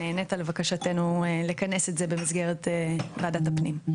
שנענית לבקשתנו לכנס את זה במסגרת ועדת הפנים,